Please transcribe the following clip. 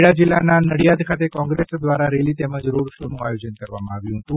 ખેડા જિલ્લાના નડિયાદ ખાતે કોંગ્રેસ દ્વારા રેલી તેમજ રોડ શો નું આયોજન કરવામાં આવ્યું હતું